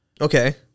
Okay